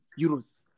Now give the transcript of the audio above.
euros